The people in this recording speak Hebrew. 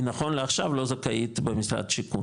נכון לעכשיו היא לא זכאית במשרד השיכון,